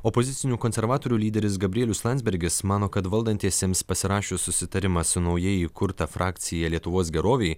opozicinių konservatorių lyderis gabrielius landsbergis mano kad valdantiesiems pasirašius susitarimą su naujai įkurta frakcija lietuvos gerovei